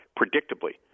predictably